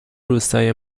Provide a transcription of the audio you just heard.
روستای